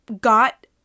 got